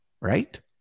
Right